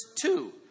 two